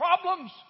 problems